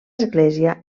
església